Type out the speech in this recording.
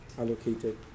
allocated